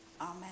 Amen